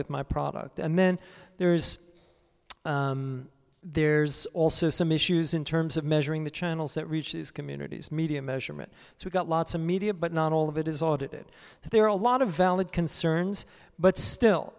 with my product and then there is there's also some issues in terms of measuring the channels that reaches communities media measurement we've got lots of media but not all of it is all of it that there are a lot of valid concerns but still